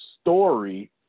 story